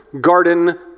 garden